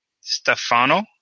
Stefano